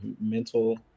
mental